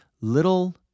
Little